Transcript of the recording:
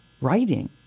writing